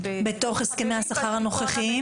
בתוך הסכמי השכר הנוכחיים?